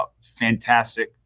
fantastic